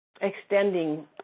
extending